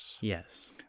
Yes